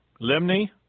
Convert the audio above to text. Limni